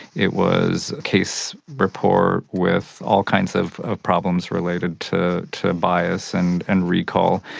it was case report with all kinds of of problems related to to bias and and recall.